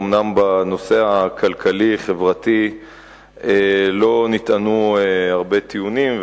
אומנם בנושא הכלכלי-חברתי לא נטענו הרבה טיעונים,